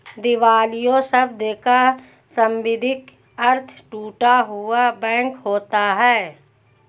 दिवालिया शब्द का शाब्दिक अर्थ टूटा हुआ बैंक होता है